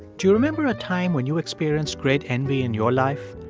do you remember a time when you experienced great envy in your life?